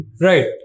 right